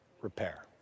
repair